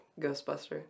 Ghostbuster